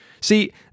See